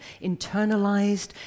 internalized